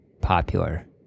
popular